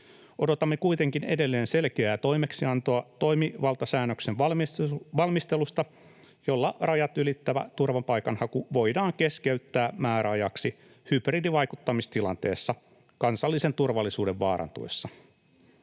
Odotamme kuitenkin edelleen selkeää toimeksiantoa sellaisen toimivaltasäännöksen valmistelusta, jolla rajat ylittävä turvapaikanhaku voidaan keskeyttää määräajaksi hybridivaikuttamistilanteessa kansallisen turvallisuuden vaarantuessa.